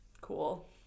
cool